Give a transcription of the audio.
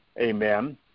amen